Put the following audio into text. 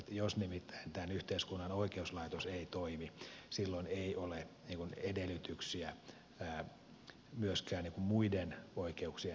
jos nimittäin tämän yhteiskunnan oikeuslaitos ei toimi silloin ei ole edellytyksiä myöskään muiden oikeuksien toteuttamiseen